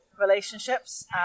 relationships